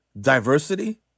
diversity